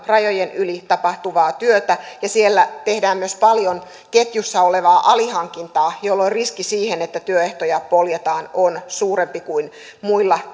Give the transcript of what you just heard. rajojen yli tapahtuvaa työtä ja siellä tehdään paljon myös ketjussa olevaa alihankintaa jolloin riski siihen että työehtoja poljetaan on suurempi kuin muilla